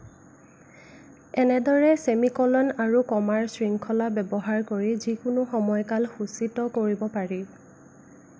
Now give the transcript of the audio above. এনেদৰে ছেমিকলন আৰু কমাৰ শৃংখলা ব্যৱহাৰ কৰি যিকোনো সময়কাল সূচিত কৰিব পাৰি